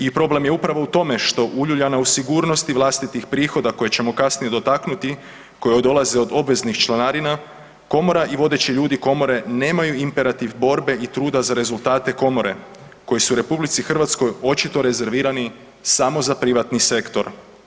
I problem je upravo u tome što uljuljana u sigurnosti vlastitih prihoda koje ćemo kasnije dotaknuti koje joj dolaze od obveznih članarina, komora i vodeći ljudi komore nemaju imperativ borbe i truda za rezultate komore koji su u RH očito rezervirani samo za privatni sektor.